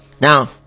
Now